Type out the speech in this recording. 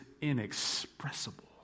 inexpressible